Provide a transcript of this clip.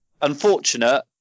unfortunate